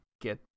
get